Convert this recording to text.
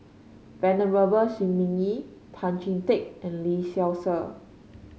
Venerable Shi Ming Yi Tan Chee Teck and Lee Seow Ser